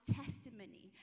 testimony